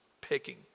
picking